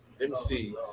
MCs